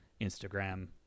Instagram